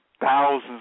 thousands